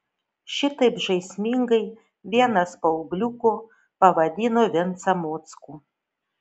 šitaip žaismingai vienas paaugliukų pavadino vincą mockų